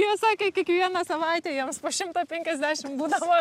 jie sakė kiekvieną savaitę jiems po šimtą penkiasdešim būdavo